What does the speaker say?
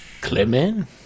Clement